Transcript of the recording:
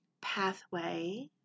pathway